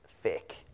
fake